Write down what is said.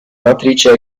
matrice